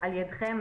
על ידכם,